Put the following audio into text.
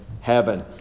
heaven